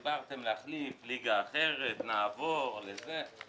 דיברתם על להחליף, ליגה אחרת, נעבור אם